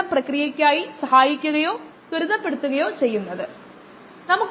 മറ്റൊന്നും സംഭവിക്കുന്നില്ല ഇൻപുട്ട് ഇല്ല ഔട്ട്പുട്ട് ഇല്ല